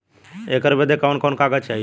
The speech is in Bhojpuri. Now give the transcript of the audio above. ऐकर बदे कवन कवन कागज चाही?